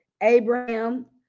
Abraham